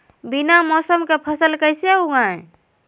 बिना मौसम के फसल कैसे उगाएं?